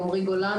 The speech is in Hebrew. עמרי גולן,